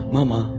Mama